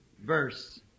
verse